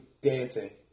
dancing